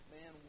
Man